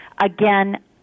again